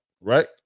right